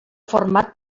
format